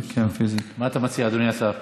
מה אתה מציע, אדוני השר?